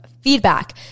feedback